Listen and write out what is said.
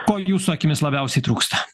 ko jūsų akimis labiausiai trūksta